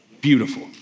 Beautiful